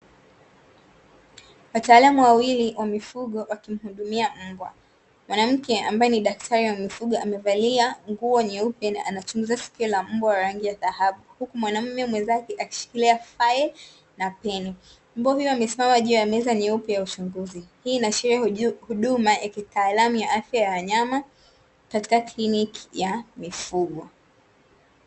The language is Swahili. Wataalamu wawili wa mifugo wakimhudumia mbwa. Mwanamke ambaye ni daktari wa mifugo amevalia nguo nyeupe na anachunguza sikio la mbwa wa rangi ya dhahabu, huku mwanaume akishikilia faili na peni. Mbwa huyo amesimama juu ya meza nyeupe ya uchunguzi. Hii inaashiria huduma ya kitaalamu ya afya ya wanyama katika kliniki ya mifugo.